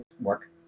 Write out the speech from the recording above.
work